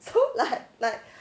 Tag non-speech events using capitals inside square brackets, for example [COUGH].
[LAUGHS] so like like